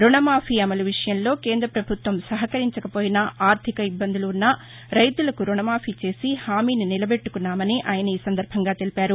రుణమాఫీ అమలు విషయంలో కేంద్ర ప్రభుత్వం సహకరించకపోయినా ఆర్దిక ఇబ్బందులు ఉన్నా రైతులకు రుణమాఫీ చేసి హామీని నిలబెట్టుకున్నామని తెలిపారు